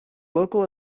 local